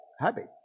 habit